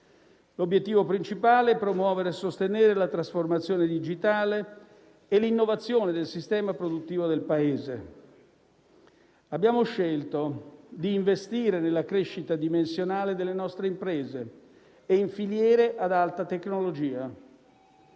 L'obiettivo principale è promuovere e sostenere la trasformazione digitale e l'innovazione del sistema produttivo del Paese. Abbiamo scelto di investire nella crescita dimensionale delle nostre imprese e in filiere ad alta tecnologia.